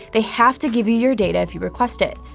they have to give you your data if you request it.